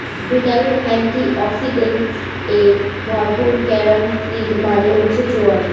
vitamin, antioxidants এ ভরপুর carom seed মানে হচ্ছে জোয়ান